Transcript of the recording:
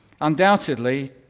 Undoubtedly